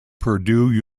purdue